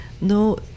no